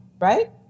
right